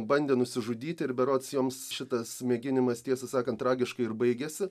bandė nusižudyti ir berods joms šitas mėginimas tiesą sakant tragiškai ir baigėsi